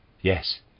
Yes